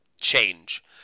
change